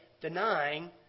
denying